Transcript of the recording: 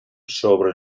sobre